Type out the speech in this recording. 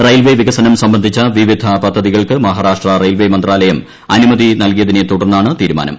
railway വികസനം സംബന്ധിച്ചു വിവിധ പദ്ധതികൾക്ക് മഹാരാഷ്ട്ര റെയിൽവേ മന്ത്രാലയം അനുമതി നൽകിയതിനെ തുടർന്നാണ് തീരുമാനം